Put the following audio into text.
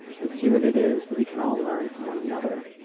and see what it is that we can all learn from one another.